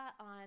on